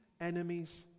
Enemies